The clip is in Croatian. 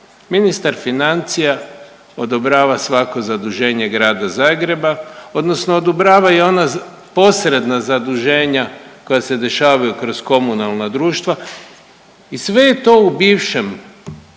Ministar financija odobrava svako zaduženje grada Zagreba, odnosno odobrava i ona posredna zaduženja koja se dešavaju kroz komunalna društva i sve je to u bivšem